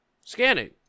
Scanning